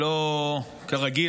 שלא כרגיל.